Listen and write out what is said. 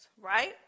right